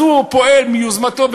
אז הוא פועל מיוזמתו,